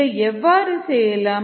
இதை எவ்வாறு செய்யலாம்